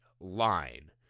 line